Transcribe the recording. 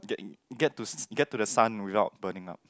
get in get to get to the sun without burning out